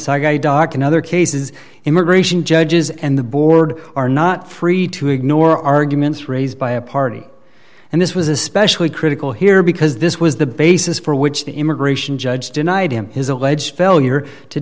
saigon dock and other cases immigration judges and the board are not free to ignore arguments raised by a party and this was especially critical here because this was the basis for which the immigration judge denied him his alleged failure to